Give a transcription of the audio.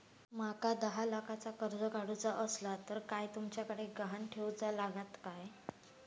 माका दहा लाखाचा कर्ज काढूचा असला तर काय तुमच्याकडे ग्हाण ठेवूचा लागात काय?